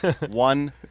one